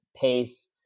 pace